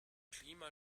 klima